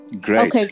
great